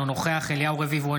אינו נוכח אליהו רביבו,